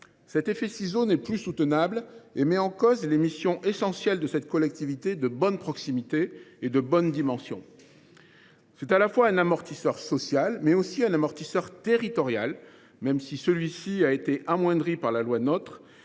Cet effet de ciseaux n’est plus soutenable et met en cause les missions essentielles de cette collectivité de proximité et de bonne dimension. C’est un amortisseur social, mais aussi territorial, même si cet aspect a été amoindri par la loi NOTRe,